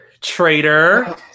Traitor